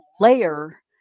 layer